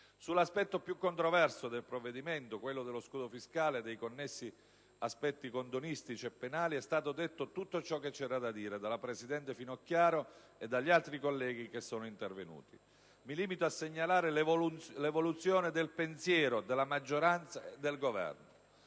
Sull'aspetto più controverso del provvedimento, quello dello scudo fiscale e dei connessi aspetti condonistici e penali è stato detto tutto ciò che c'èra da dire dalla presidente Finocchiaro e dagli altri colleghi che sono intervenuti. Mi limito a segnalare l'evoluzione del pensiero della maggioranza e del Governo.